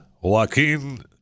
Joaquin